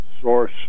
source